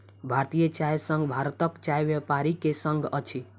भारतीय चाय संघ भारतक चाय व्यापारी के संग अछि